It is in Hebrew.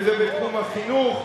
וזה בתחום החינוך,